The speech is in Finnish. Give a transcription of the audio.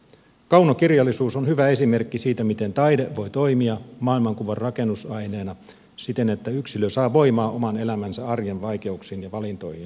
kaunokirjallisuus on hyvä esimerkki siitä miten taide voi toimia maailmankuvan rakennusaineena siten että yksilö saa voimaa oman elämänsä arjen vaikeuksiin ja valintoihin